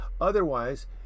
otherwise